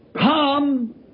Come